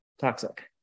toxic